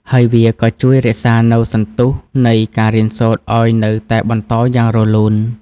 ហើយវាក៏ជួយរក្សានូវសន្ទុះនៃការរៀនសូត្រឱ្យនៅតែបន្តយ៉ាងរលូន។